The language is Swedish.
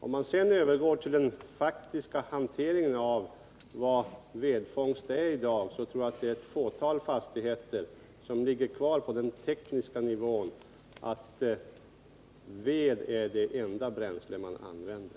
Om man sedan övergår till den faktiska frågan om vad vedfång är i dag, tror jag att det är ett fåtal fastigheter som ligger kvar på den tekniska nivån att ved är det enda bränsle de använder.